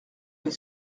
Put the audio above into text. les